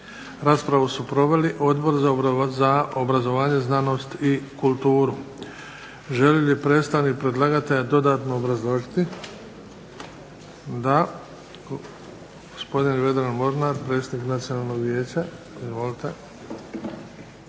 Raspravu su proveli Odbor za obrazovanje, znanost i kulturu. Želi li predstavnik predlagatelja dodatno obrazložiti? Da. Gospodin Vedran Mornar, predsjednik Nacionalnog vijeća.